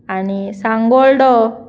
आनी सांगोल्डा